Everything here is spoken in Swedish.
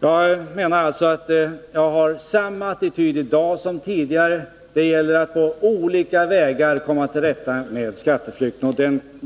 Jag understryker alltså att jag har samma attityd i dag som tidigare. Det gäller att på olika vägar komma till rätta med skatteflykten.